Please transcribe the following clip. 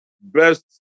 best